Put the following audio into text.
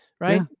right